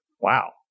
Wow